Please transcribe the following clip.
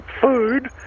food